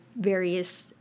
various